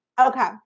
Okay